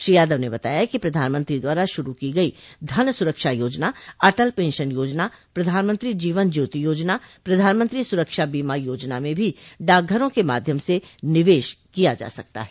श्री यादव ने बताया कि प्रधानमंत्री द्वारा शुरू की गयी जन सुरक्षा योजना अटल पेंशन योजना प्रधानमंत्री जीवन ज्योति योजना प्रधानमंत्री सुरक्षा बीमा योजना में भी डाक घरों के माध्यम से निवश किया जा सकता है